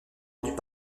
vendus